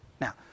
Now